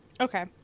Okay